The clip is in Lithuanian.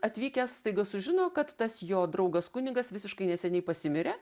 atvykę staiga sužino kad tas jo draugas kunigas visiškai neseniai pasimirė